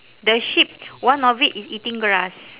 the sheep one of it is eating grass